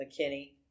McKinney